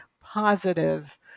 positive